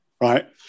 right